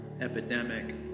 epidemic